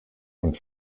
und